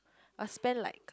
I spend like